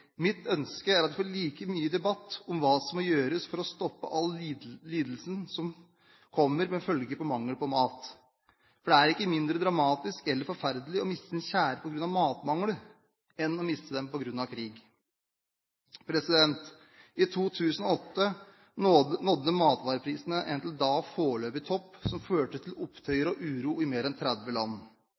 Mitt ønske er at det skal være like mye debatt om hva som må gjøres for å stoppe all lidelsen som kommer som følge av mangel på mat, for det er ikke mindre dramatisk eller mindre forferdelig å miste sine kjære på grunn av matmangel enn å miste dem på grunn av krig. I 2008 nådde matvareprisene en til da foreløpig topp som førte til opptøyer og uro i mer enn 30 land.